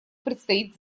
предстоит